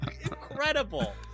incredible